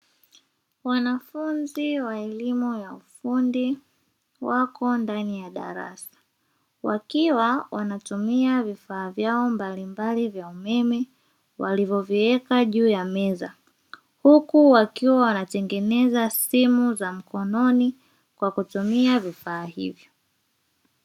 Wanafunzi wa elimu ya ufundi wako ndani ya darasa, wakiwa wanatumia vifaa vyao mbalimbali vya umeme walivoviweka juu ya meza, huku wakiwa wanatengeneza simu za mkononi kwa kutumia vifaa hivyo.